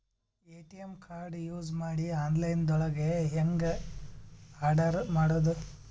ATM card use ಮಾಡಿ online ದೊಳಗೆ ಹೆಂಗ್ ಆರ್ಡರ್ ಮಾಡುದು?